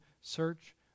search